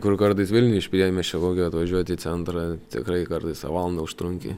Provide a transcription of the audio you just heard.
kur kartais vilniuj iš priemiesčio kokio atvažiuot į centrą tikrai kartais valandą užtrunki